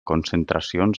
concentracions